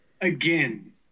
Again